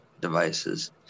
devices